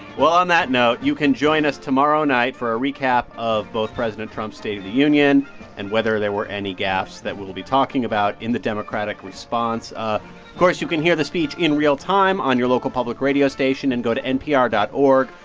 well, on that note, you can join us tomorrow night for a recap of both president trump's state of the union and whether there were any gaffes that we'll be talking about in the democratic response. of course, you can hear the speech in real time on your local public radio station and go to npr dot org,